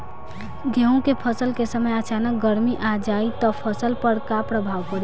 गेहुँ के फसल के समय अचानक गर्मी आ जाई त फसल पर का प्रभाव पड़ी?